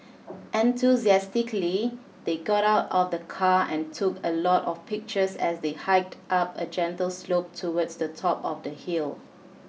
enthusiastically they got out of the car and took a lot of pictures as they hiked up a gentle slope towards the top of the hill